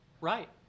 Right